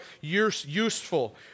useful